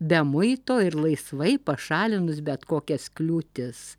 be muito ir laisvai pašalinus bet kokias kliūtis